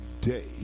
day